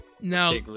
Now